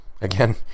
Again